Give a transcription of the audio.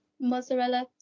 mozzarella